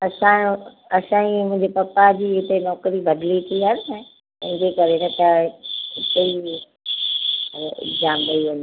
असांजो असांजी मुंहिंजे पप्पा जी हिते नौकिरी बदली थी आहे न तंहिंजे करे न त हिते ई एग्जाम ॾई वञा